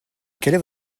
quelle